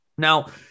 Now